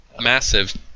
massive